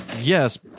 yes